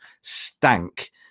stank